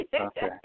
Okay